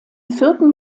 vierten